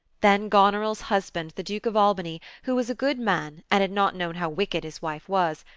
then goneril's husband, the duke of albany, who was a good man, and had not known how wicked his wife was,